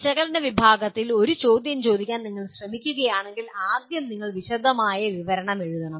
വിശകലന വിഭാഗത്തിൽപ്പെട്ട ഒരു ചോദ്യം ചോദിക്കാൻ നിങ്ങൾ ശ്രമിക്കുകയാണെങ്കിൽ ആദ്യം നിങ്ങൾ വിശദമായ വിവരണം എഴുതണം